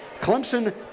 Clemson